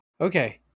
Okay